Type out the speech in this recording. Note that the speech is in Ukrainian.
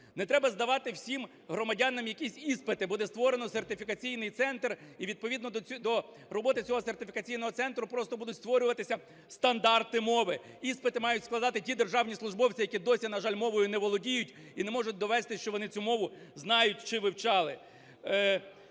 Не треба здавати всім громадянам якісь іспити, буде створено сертифікаційний центр, і відповідно до роботи цього сертифікаційного центру просто будуть створюватися стандарти мови. Іспити мають складати ті державні службовці, які досі, на жаль, мовою не володіють і не можуть довести, що вони цю мову знають чи вивчали.